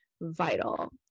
vital